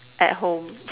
at home